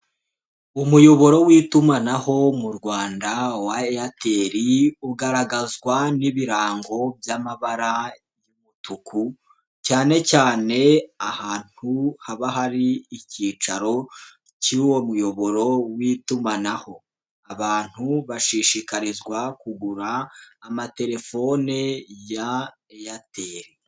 Umuyoboro w'itumanaho mu rwanda wa Airtel ugaragazwa n'ibirango by'amabara y'umutuku cyane cyane ahantu haba hari icyicaro cy'uwo muyoboro w'itumanaho, abantu bashishikarizwa kugura amatelephone ya Airtel.